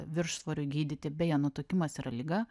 viršvorį gydyti beje nutukimas yra liga